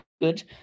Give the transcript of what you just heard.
good